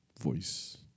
voice